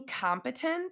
competent